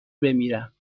بمیرم